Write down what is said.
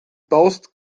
baust